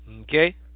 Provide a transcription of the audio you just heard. Okay